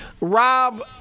Rob